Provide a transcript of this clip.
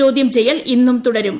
ചോദൃം ചെയ്യൽ ഇന്ന് തുടരും